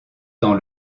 dans